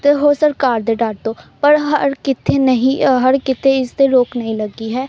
ਅਤੇ ਹੋਰ ਸਰਕਾਰ ਦੇ ਡਰ ਤੋਂ ਪਰ ਕਿੱਥੇ ਨਹੀਂ ਹਰ ਕਿਤੇ ਇਸ 'ਤੇ ਰੋਕ ਨਹੀਂ ਲੱਗੀ ਹੈ